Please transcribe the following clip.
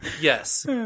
Yes